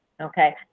Okay